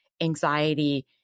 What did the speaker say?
anxiety